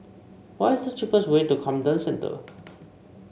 what is the cheapest way to Camden Centre